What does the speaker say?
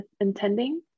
intending